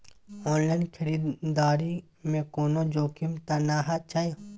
Online खरीददारी में कोनो जोखिम त नय छै?